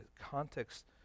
context